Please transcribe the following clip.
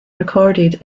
recorded